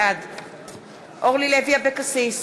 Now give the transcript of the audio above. בעד אורלי לוי אבקסיס,